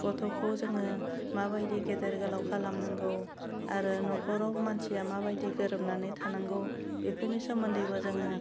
गथ'खौ जोङो माबायदि गेदेर गोलाव खालामनांगौ आरो नखराव मानसिया माबायदि गोरोबनानै थानांगौ बेफोरनि सोमोन्दैबो जोङो